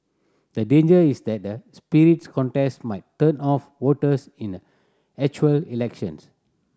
the danger is that the spirited contest might turn off voters in a actual election